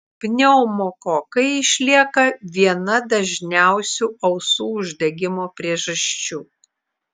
pneumokokai išlieka viena dažniausių ausų uždegimo priežasčių